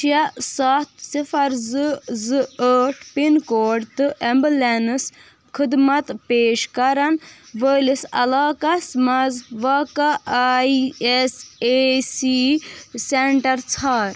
شےٚ ستھ صِفَر زٕ زٕ آٹھ پِن کوڈ تہٕ ایٚمبولیٚنس خدمت پیش کرن وٲلِس علاقس مَنٛز واقع I S A C centre ژھانڑ